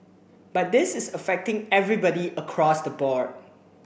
but this is affecting everybody across the board